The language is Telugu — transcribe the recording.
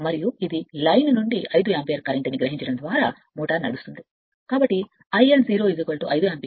మరియు ఇది లైన్ నుండి 5 యాంపియర్ కరెంట్ను నడుపుతోంది కాబట్టి IL 0 5 యాంపియర్